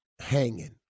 hanging